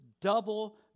double